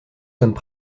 sommes